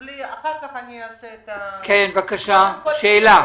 אחר כך אני אעשה את --- כן, בבקשה, שאלה.